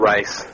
Rice